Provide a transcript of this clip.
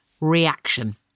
reaction